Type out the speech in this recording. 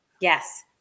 Yes